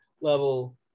level